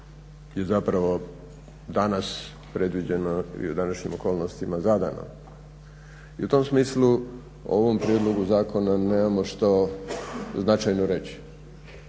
je zapravo danas predviđeno, i u današnjim okolnostima zadano. I u tom smislu ovom prijedlogu zakona nemamo što značajno reći,